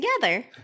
together